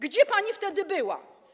Gdzie pani wtedy była?